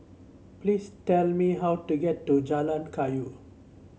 please tell me how to get to Jalan Kayu